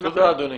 תודה אדוני.